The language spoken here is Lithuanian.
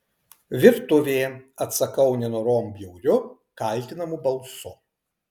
virtuvė atsakau nenorom bjauriu kaltinamu balsu